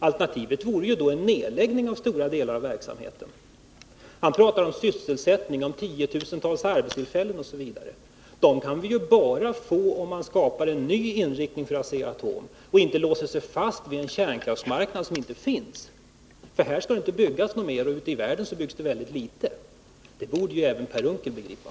Alternativet vore då en nedläggning av stora delar av verksamheten. Han talar om sysselsättningen, om tiotusentals arbetstillfällen osv. Men det klarar man bara om det skapas en ny inriktning för Asea-Atom och inte låser sig fast vid en kärnkraftsmarknad som inte finns. Det skall ju inte byggas fler kärnkraftverk i Sverige, och ute i världen byggs det väldigt litet. Det borde även Per Unckel begripa.